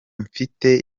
mfite